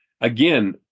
again